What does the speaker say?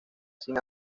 sin